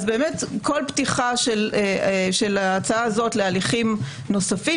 אז כל פתיחה של ההצעה הזאת להליכים נוספים